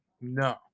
No